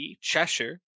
Cheshire